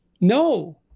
no